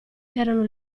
erano